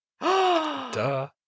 Duh